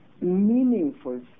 Meaningful